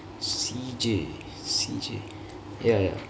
C_J C_J C_J ya ya